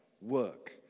work